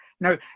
Now